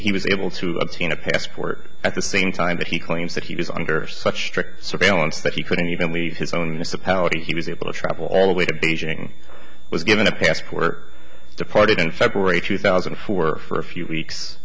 he was able to obtain a passport at the same time that he claims that he was under such strict surveillance that he couldn't even leave his own miss a power he was able to travel all the way to beijing was given a passport departed in february two thousand and four for a few weeks